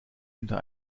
hinter